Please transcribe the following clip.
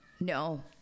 no